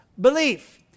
belief